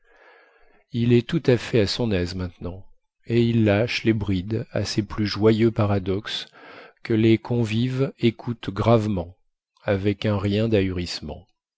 il est tout à fait à son aise maintenant et il lâche les brides à ses plus joyeux paradoxes que les convives écoutent gravement avec un rien